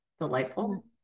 delightful